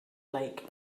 lake